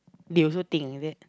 they also think is it